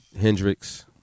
Hendrix